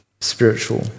spiritual